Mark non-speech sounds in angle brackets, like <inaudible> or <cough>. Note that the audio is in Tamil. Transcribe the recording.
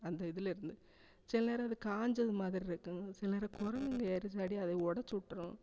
அந்த இதுலருந்து சில நேரம் இது காய்ஞ்சது மாதிரி இருக்கும் சில நேரம் குரங்குங்க <unintelligible> அதை உடச்சுவுட்ரும்